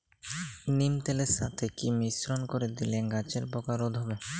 নিম তেলের সাথে কি মিশ্রণ করে দিলে গাছের পোকা রোধ হবে?